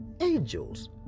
angels